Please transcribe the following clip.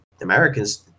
Americans